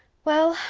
well,